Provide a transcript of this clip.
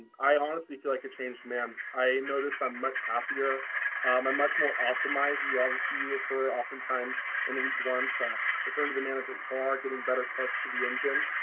i honestly feel like a changed man i noticed i'm much happier and much more optimized you are you refer oftentimes in week one to referring to the man as a car getting better parts to the engine.